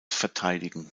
verteidigen